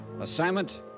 Assignment